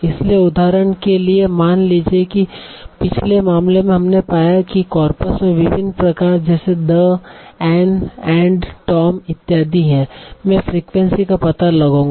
इसलिए उदाहरण के लिए मान लीजिए कि पिछले मामले में हमने पाया कि कॉर्पस में विभिन्न प्रकार जैसे द एन एंड टॉम इत्यादि हैं मैं फ्रीक्वेंसी का पता लगाऊंगा